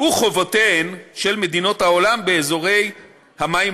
וחובותיהן של מדינות העולם באזורי המים